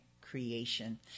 creation